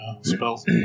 spells